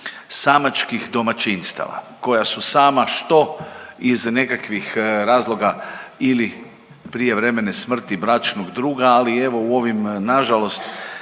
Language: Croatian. samačkih domaćinstava koja su sama, što iz nekakvih razloga ili prijevremene smrti bračnog druga, ali evo u ovim nažalost